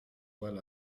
well